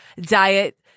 diet